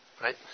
Right